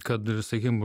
kad ir sakykim